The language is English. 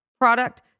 product